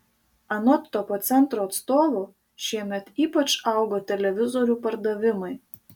anot topo centro atstovo šiemet ypač augo televizorių pardavimai